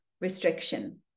restriction